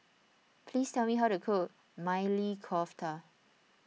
please tell me how to cook Maili Kofta